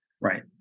Right